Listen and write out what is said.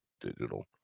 Digital